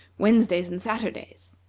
wednesdays and saturdays.